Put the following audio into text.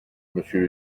monsieur